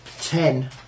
ten